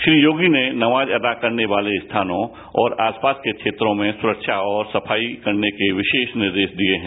श्री योगी ने नमाज अदा करने वाले स्थानों और आसपास के क्षेत्रों में सुरक्षा और सफाई करने के विशेष निर्देश दिए हैं